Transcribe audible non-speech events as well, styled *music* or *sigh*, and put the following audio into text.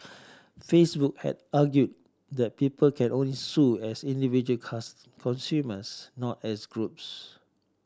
Facebook had argued that people can only sue as individual *unintelligible* consumers not as groups